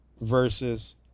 versus